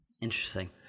Interesting